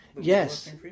Yes